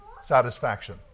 satisfaction